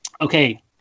okay